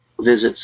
visits